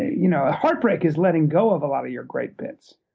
you know ah heartbreak is letting go of a lot of your great bits.